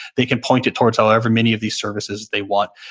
they can point it towards however many of these services they want.